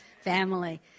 Family